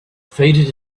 faded